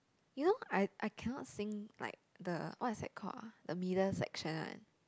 you know I I cannot sing like the what is that called ah the middle section one